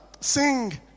Sing